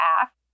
act